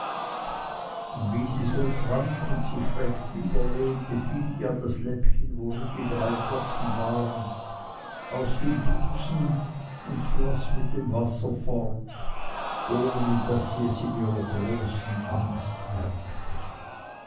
und wie sie so trank und sich recht überlehnte fiel ihr das läppchen worin die drei tropfen waren aus dem busen und floß mit dem wasser fort ohne daß sie es in ihrer großen angst merkte